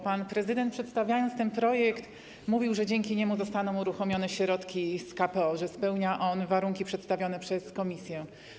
Pan prezydent, przedstawiając ten projekt, mówił, że dzięki niemu zostaną uruchomione środki z KPO, że spełnia on warunki przedstawione przez Komisję.